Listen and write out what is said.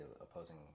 opposing